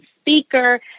speaker